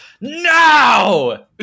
no